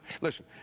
listen